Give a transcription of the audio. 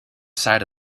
side